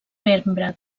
membre